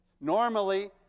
Normally